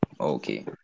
okay